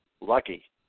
Lucky